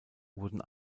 wurden